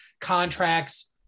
Contracts